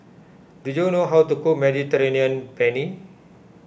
do you know how to cook Mediterranean Penne